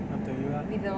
up to you ah